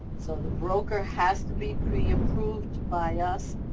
so the broker has to be preapproved by us.